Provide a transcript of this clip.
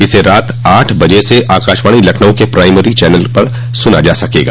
इसे रात आठ बजे से आकाशवाणी लखनऊ के प्राइमरी चैनल पर सुना जा सकेगा